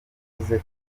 yavuze